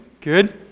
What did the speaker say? Good